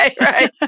Right